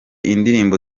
indirimbo